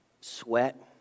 sweat